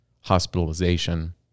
hospitalization